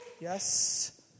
Yes